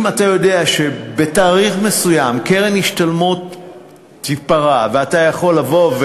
אם אתה יודע שבתאריך מסוים קרן השתלמות תיפרע ואתה יכול לבוא,